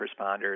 responders